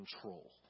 control